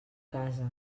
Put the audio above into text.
casa